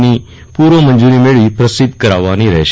ની પૂર્વ મંજૂરી મેળવી પ્રસિદ્ધ કરાવવાની રહેશે